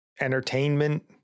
entertainment